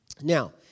Now